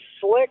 slick